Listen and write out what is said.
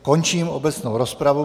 Končím obecnou rozpravu.